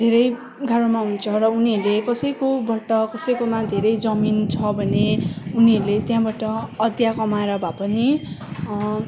धेरै गाह्रोमा हुन्छ र उनीहरूले कसैकोबाट कसैकोमा धेरै जमीन छ भने उनीहरूले त्यहाँबाट अँदिया कमाएर भए पनि